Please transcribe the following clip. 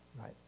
right